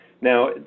Now